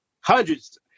Hundreds